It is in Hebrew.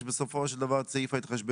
יש בסופו של דבר את סעיף ההתחשבנות,